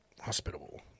hospitable